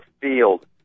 field